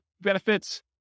benefits